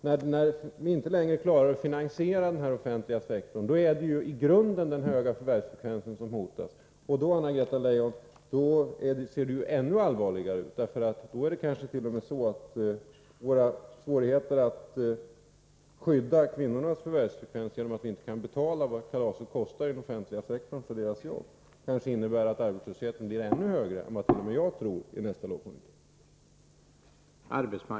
När vi inte längre klarar finansieringen av den här offentliga sektorn är det ju i grunden den höga förvärvsfrekvensen som hotas. Och då, Anna-Greta Leijon, ser det ännu allvarligare ut, för under sådana förhållanden är kanske våra svårigheter att skydda kvinnornas förvärvsfrekvens — genom att vi inte kan betala vad kalaset kostar inom den offentliga sektorn när det gäller kvinnornas jobb — så stora att arbetslösheten t.o.m. blir ännu högre än vad jag tror i nästa lågkonjunktur.